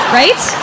right